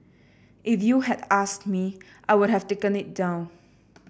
if you had asked me I would have taken it down